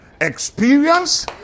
experience